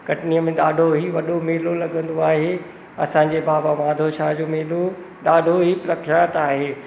कटनीअ में ॾाढो ई वॾो मेलो लॻंदो आहे असांजे बाबा माधव शाह जो मेलो ॾाढो ई प्रख्यात आहे